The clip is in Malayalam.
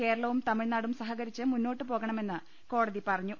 കേരളവും തമിഴ്നാടും സഹ കരിച്ച് മുന്നോട്ട് പോകണമെന്ന് കോടതി പറഞ്ഞു